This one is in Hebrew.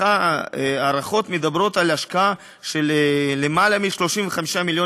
ההערכות מדברות על השקעה של למעלה מ-35 מיליון